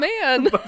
man